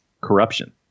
corruption